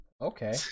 Okay